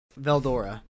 veldora